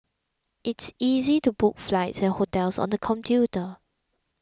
it's easy to book flights and hotels on the computer